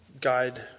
guide